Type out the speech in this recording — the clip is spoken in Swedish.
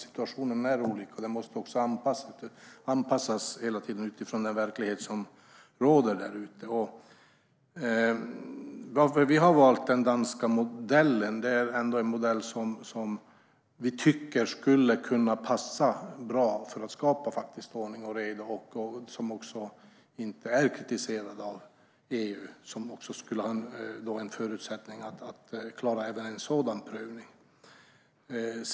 Situationen är olika, och den måste anpassas utifrån den verklighet som råder. Vi har valt den danska modellen eftersom vi tycker att den skulle passa bra för att skapa ordning och reda, och den har inte kritiserats av EU. Därför skulle det finnas en förutsättning att klara även en sådan prövning.